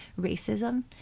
racism